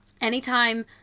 Anytime